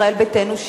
ישראל ביתנו,